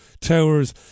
towers